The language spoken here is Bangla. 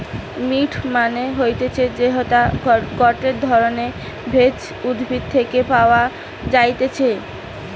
মিন্ট মানে হতিছে যেইটা গটে ধরণের ভেষজ উদ্ভিদ থেকে পাওয় যাই্তিছে